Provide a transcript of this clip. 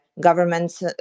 government